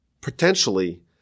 potentially